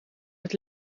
het